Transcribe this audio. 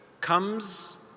comes